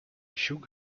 shook